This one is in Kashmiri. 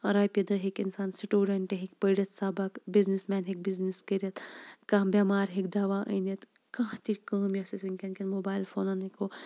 رۄپیہِ دَہ ہیٚکہِ اِنسان سٹوٗڈَنٛٹ ہیٚکہِ پٔرِتھ سَبَق بِزنِس مین ہیٚکہِ بِزنِس کٔرِتھ کانٛہہ بیٚمار ہیٚکہِ دَوا أنِتھ کانٛہہ تہِ کٲم یۅس أسۍ وُنکیٚن کیٚن موبایل فونَن ہیٚکو